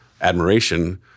admiration